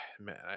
man